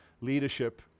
leadership